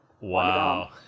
Wow